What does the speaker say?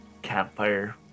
campfire